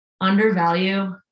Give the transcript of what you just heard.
undervalue